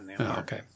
Okay